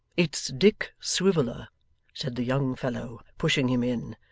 it's dick swiveller said the young fellow, pushing him in.